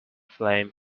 flame